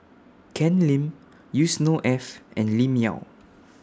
Ken Lim Yusnor Ef and Lim Yau